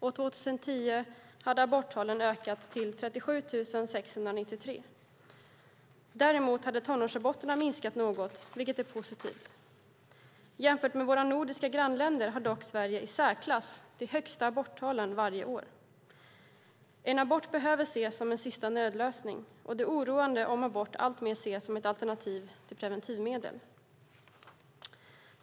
År 2010 hade antalet aborter ökat till 37 693. Däremot hade tonårsaborterna minskat något, vilket är positivt. Jämfört med våra nordiska grannländer har dock Sverige det i särklass största antalet aborter varje år. En abort behöver ses som en sista nödlösning, och det är oroande om abort alltmer ses som ett alternativ till preventivmedel.